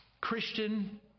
Christian